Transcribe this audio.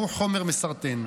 שהוא חומר מסרטן.